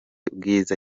bwiza